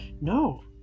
No